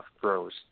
grows